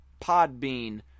Podbean